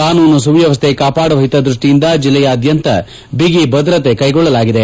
ಕಾನೂನು ಸುವ್ಯವಸ್ಥೆ ಕಾವಾಡುವ ಹಿತದೃಷ್ಟಿಯಿಂದ ಜಿಲ್ಲೆಯಾದ್ಯಂತ ಬಿಗಿ ಭದ್ರತೆ ಕೈಗೊಳ್ಳಲಾಗಿದೆ